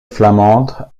flamande